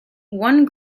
one